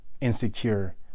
insecure